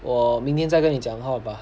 我明天再跟你讲话吧